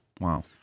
Wow